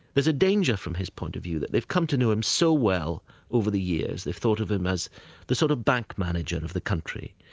there's a danger, from his point of view, that they've come to know him so well over the years, they've thought of him as the sort of bank manager of the country,